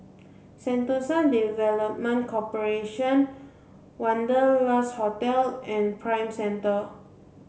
Sentosa Development Corporation Wanderlust Hotel and Prime Centre